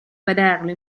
vederlo